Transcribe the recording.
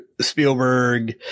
Spielberg